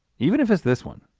even if it's this one.